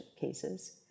cases